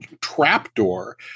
trapdoor